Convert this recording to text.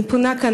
אני פונה כאן,